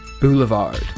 Boulevard